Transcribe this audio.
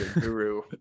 guru